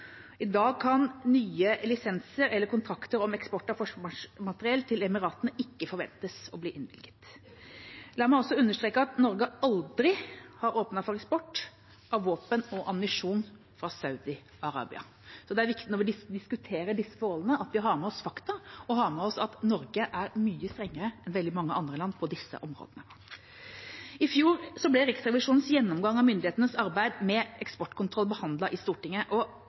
I dag kan nye lisenser eller kontrakter om eksport av forsvarsmateriell til Emiratene ikke forventes å bli innfridd. La meg også understreke at Norge aldri har åpnet for eksport av våpen og ammunisjon til Saudi-Arabia. Det er viktig når vi diskuterer disse rollene, at vi har med oss fakta, og har med oss at Norge er mye strengere enn veldig mange andre land på disse områdene. I fjor ble Riksrevisjonens gjennomgang av myndighetenes arbeid med eksportkontroll behandlet i Stortinget.